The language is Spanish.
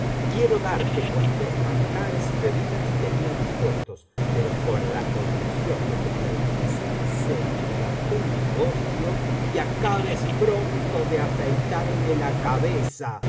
quiero darte cuantos manjares y bebidas tenía dispuestos pero con la condición de que termines en seguida tu negocio y acabes pronto ele afeitarme la cabeza